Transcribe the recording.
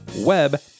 web